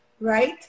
right